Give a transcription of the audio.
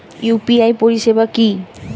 UPI পরিসেবা কি?